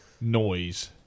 noise